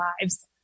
lives